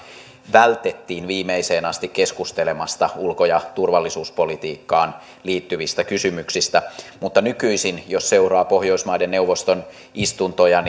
vältettiin viimeiseen asti keskustelemasta ulko ja turvallisuuspolitiikkaan liittyvistä kysymyksistä mutta nykyisin jos seuraa pohjoismaiden neuvoston istuntoja